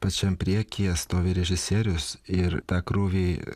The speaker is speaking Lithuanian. pačiam priekyje stovi režisierius ir tą krūvį